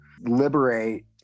liberate